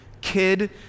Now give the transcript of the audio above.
kid